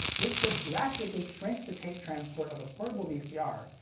this could drastically shrink the tape transport of a portable vcr,